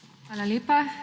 Hvala lepa.